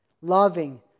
loving